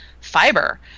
fiber